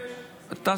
מאוד קשור לתפוצות.